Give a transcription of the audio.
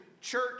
church